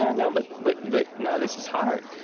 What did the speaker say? yeah no. but but but no, this is hard.